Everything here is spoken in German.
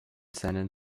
seinen